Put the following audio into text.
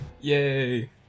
Yay